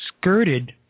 skirted